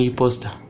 poster